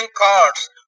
cards